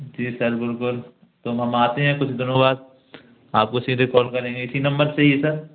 जी sir बिलकुल तो अब हम आते हैं कुछ दिनों बाद आपको उसी दिन कॉल करेंगे इसी नम्बर से ही है सर